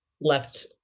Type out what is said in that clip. left